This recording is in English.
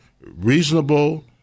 reasonable